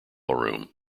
room